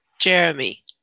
Jeremy